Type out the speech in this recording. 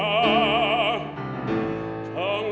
oh oh